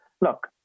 look